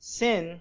sin